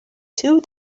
two